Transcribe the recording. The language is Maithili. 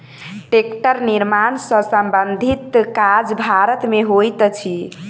टेक्टरक निर्माण सॅ संबंधित काज भारत मे होइत अछि